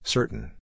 Certain